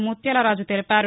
ముత్యాలరాజు తెలిపారు